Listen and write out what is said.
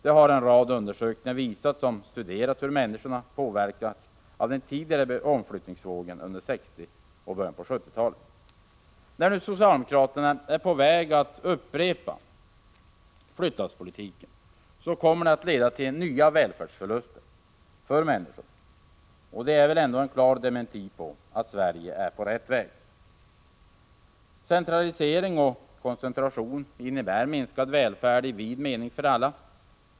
Det har en rad undersökningar visat, där man har studerat hur människorna påverkats av den tidigare omflyttningsvågen under 1960 och början av 1970-talet. När nu socialdemokraterna är på väg att upprepa flyttlasspolitiken kommer det att leda till nya välfärdsförluster för människorna, och det är väl en klar dementi på uttalandena att Sverige är på rätt väg. Centralisering och koncentration innebär minskad välfärd i vid mening för alla.